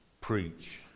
preach